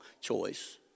choice